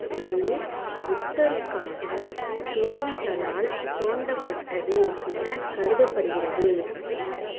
இது புத்தருக்காகத் துறவிகளால் தோண்டப்பட்டது எனக் கருதப்படுகிறது